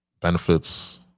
benefits